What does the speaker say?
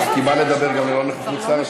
את מסכימה לדבר גם ללא נוכחות שר?